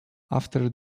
after